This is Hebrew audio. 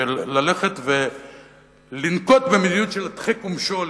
של ללכת ולנקוט מדיניות של הדחק ומשול,